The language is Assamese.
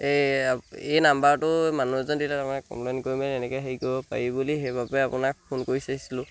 এই এই নাম্বাৰটো মানুহ এজন দিলে তাৰমানে কমপ্লেইন কৰিবলৈ এনেকৈ হেৰি কৰিব পাৰি বুলি সেইবাবে আপোনাক ফোন কৰি চাইছিলোঁ